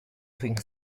think